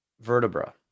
vertebra